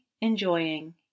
enjoying